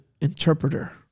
interpreter